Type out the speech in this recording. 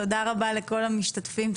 תודה רבה לכל המשתתפים.